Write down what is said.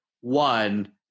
one